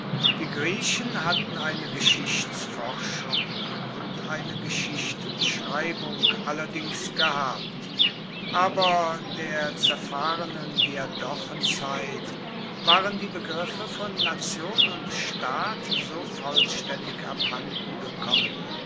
die griechen hatten eine geschichtsforschung und eine geschichtschreibung allerdings gehabt aber der zerfahrenen diadochenzeit waren die begriffe von nation und staat so vollständig abhanden gekommen